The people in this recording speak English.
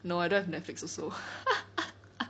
no I don't have Netflix also